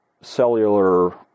cellular